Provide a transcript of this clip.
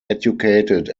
educated